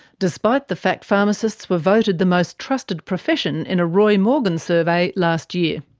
despite the fact pharmacists were voted the most trusted profession in a roy morgan survey last year.